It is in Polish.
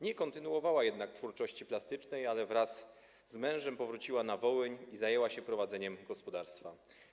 Nie kontynuowała jednak twórczości plastycznej, ale wraz z mężem powróciła na Wołyń i zajęła się prowadzeniem gospodarstwa.